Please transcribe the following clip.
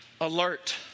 alert